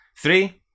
three